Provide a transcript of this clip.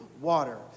water